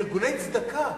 בארגוני צדקה,